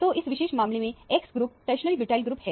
तो इस विशेष मामले में X group tertiary butyl group है